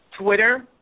Twitter